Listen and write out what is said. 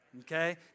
Okay